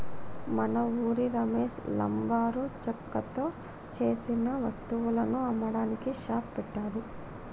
మన ఉరి రమేష్ లంబరు చెక్కతో సేసిన వస్తువులను అమ్మడానికి షాప్ పెట్టాడు